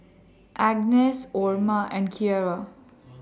Agness Orma and Kierra